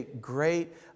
great